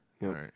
right